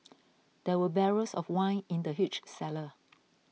there were barrels of wine in the huge cellar